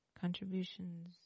contributions